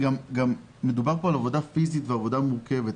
מדובר גם בעבודה פיזית ומורכבת,